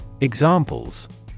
Examples